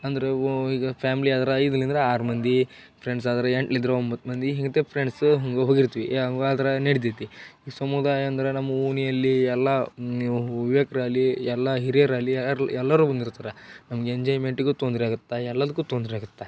ಅಂದರೆ ಓ ಈಗ ಫ್ಯಾಮ್ಲಿ ಆದ್ರೆ ಐದರಿಂದ ಆರು ಮಂದಿ ಫ್ರೆಂಡ್ಸಾದ್ರೆ ಎಂಟರಿಂದ ಒಂಬತ್ತು ಮಂದಿ ಹಿಂಗೆ ಫ್ರೆಂಡ್ಸು ಹೆಂಗೊ ಹೋಗಿರ್ತೀವಿ ಯಾವಾದ್ರೂ ನಡ್ದೇತಿ ಈ ಸಮುದಾಯಂದ್ರೆ ನಮ್ಮ ಓಣಿಯಲ್ಲಿ ಎಲ್ಲ ಯುವಕ್ರಾಗ್ಲಿ ಎಲ್ಲ ಹಿರಿಯರಾಗ್ಲಿ ಎಲ್ಲ ಎಲ್ಲರೂ ಬಂದಿರ್ತಾರೆ ನಮಗೆ ಎಂಜಾಯ್ಮೆಂಟಿಗೂ ತೊಂದರೆ ಆಗುತ್ತೆ ಎಲ್ಲದಕ್ಕೂ ತೊಂದರೆ ಆಗುತ್ತೆ